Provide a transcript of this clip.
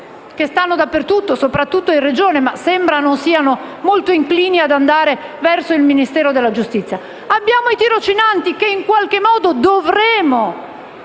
che stanno dappertutto, soprattutto in Regione, ma che sembra non siano molto inclini ad andare verso il Ministero della giustizia. Abbiamo i tirocinanti che in qualche modo dovremo